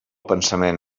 pensament